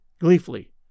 Gleefully